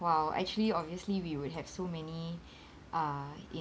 !wow! actually obviously we would have so many uh